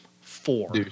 four